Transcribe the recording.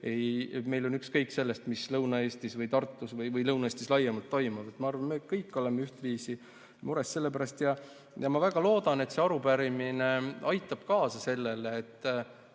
meil on ükskõik sellest, mis Tartus või Lõuna-Eestis laiemalt toimub. Ma arvan, et me kõik oleme ühtviisi mures selle pärast. Ja ma väga loodan, et see arupärimine aitab kaasa sellele, et